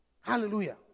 Hallelujah